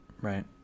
Right